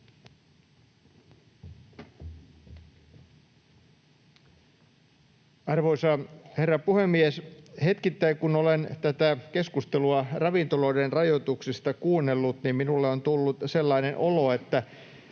Arvoisa herra puhemies! Hetkittäin, kun olen tätä keskustelua ravintoloiden rajoituksista kuunnellut, minulle on tullut sellainen olo, että